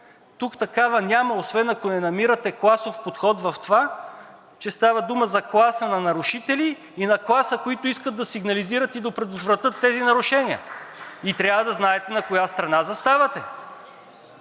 Тук такава няма, освен ако не намирате класов подход в това, че става дума за класа на нарушители и на класа, които искат да сигнализират и да предотвратят тези нарушения, и трябва да знаете на коя страна заставате.